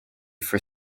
for